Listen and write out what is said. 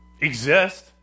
exist